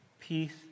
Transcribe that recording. Peace